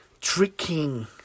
tricking